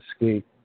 escape